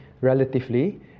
relatively